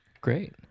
Great